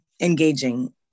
engaging